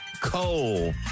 Cole